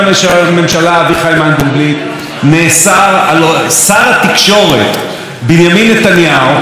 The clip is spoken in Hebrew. נאסר על שר התקשורת בנימין נתניהו לטפל בענייניו של שאול אלוביץ',